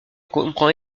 comprend